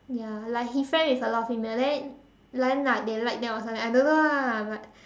ya like he fell with a lot of female then then like they like them or something I don't know ah but